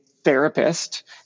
therapist